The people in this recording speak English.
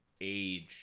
age